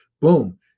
boom